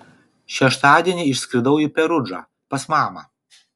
šeštadienį išskridau į perudžą pas mamą